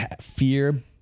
fear